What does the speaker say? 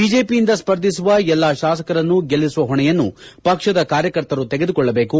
ಬಿಜೆಪಿಯಿಂದ ಸ್ವರ್ಧಿಸುವ ಎಲ್ಲಾ ಶಾಸಕರನ್ನು ಗೆಲ್ಲಿಸುವ ಹೊಣೆಯನ್ನು ಪಕ್ಷದ ಕಾರ್ಯಕರ್ತರು ತೆಗೆದುಕೊಳ್ಳಬೇಕು